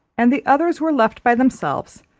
and the others were left by themselves,